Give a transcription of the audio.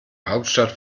hauptstadt